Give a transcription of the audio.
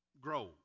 grow